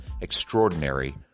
Extraordinary